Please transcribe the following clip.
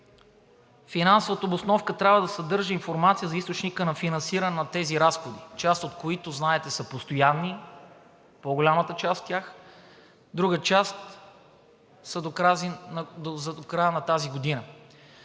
финансовата обосновка трябва да съдържа информация за източника на финансиране на тези разходи, част от които, знаете, постоянни – по-голямата част от тях, друга част са за до края на тази година.